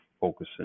focusing